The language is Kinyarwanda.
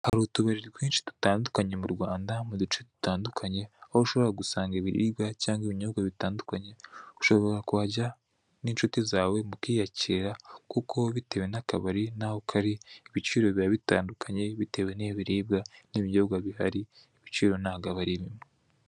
Hari utubari twinshi dutandukanye mu Rwanda, mu duce dutandukanye, aho ushobora gusanga ibiribwa cyangwa ibinyobwa bitandukanye, ushobora kuhajya n'inshuti zawe mukiyakira kuko bitewe n'akabari n'aho kari ibiciro biba bitandukanye bitewe n'ibiribwa n'ibinyobwa, bihari ibiciro ntabwo aba ari bimwe.